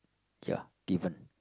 ya given